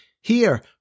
Here